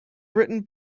written